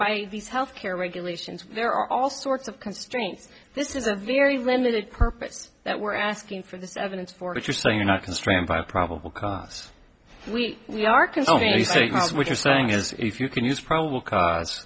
by these health care regulations there are all sorts of constraints this is a very limited purpose that we're asking for this evidence for what you're saying not constrained by probable cause we really are can only see what you're saying is if you can use probable cause